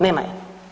Nema je.